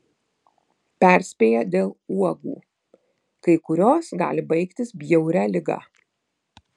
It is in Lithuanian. perspėja dėl uogų kai kurios gali baigtis bjauria liga